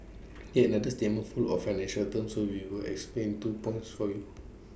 yet another statement full of financial terms so we will explain two points for you